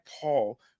Paul